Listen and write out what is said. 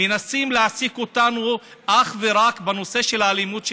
מנסים להעסיק אותנו אך ורק בנושא של האלימות של